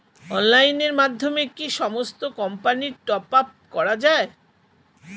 অনলাইনের মাধ্যমে কি সমস্ত কোম্পানির টপ আপ করা যায়?